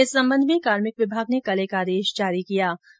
इस संबंध में कार्मिक विभाग ने कल एक आदेश जारी कर दिया